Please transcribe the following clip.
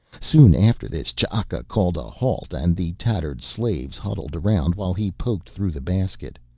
soon after this ch'aka called a halt and the tattered slaves huddled around while he poked through the basket.